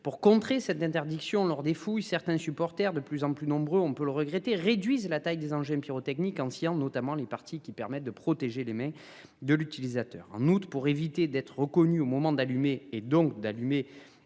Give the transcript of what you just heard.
pour contrer cette interdiction lors des fouilles certains supporters de plus en plus nombreux, on peut le regretter, réduisent la taille des engins pyrotechniques ancien notamment les partis qui permettent de protéger les mains de l'utilisateur en août pour éviter d'être reconnu au moment d'allumer et donc d'allumer